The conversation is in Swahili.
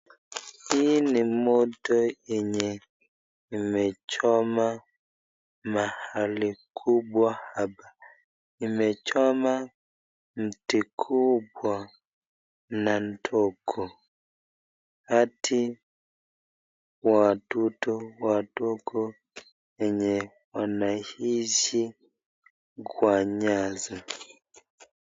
Hii ni moto yenye imechoma mahali kubwa. Imechoma mti kubwa na ndogo hadi wadudu wadogo wenye wanaishi kwa nyasi.